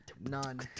none